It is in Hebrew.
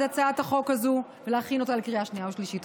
הצעת החוק הזו ולהכין אותה לקריאה שנייה ושלישית.